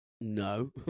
No